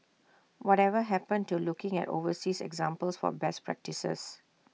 whatever happened to looking at overseas examples for best practices